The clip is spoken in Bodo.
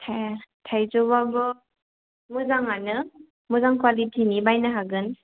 थाइजौआबो मोजां आनो मोजां कवालिथिनि बायनो हागोन